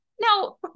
Now